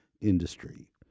industry